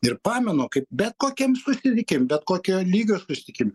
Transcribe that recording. ir pamenu kaip bet kokiems įvykiam bet kokio lygio susitikime